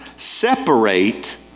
separate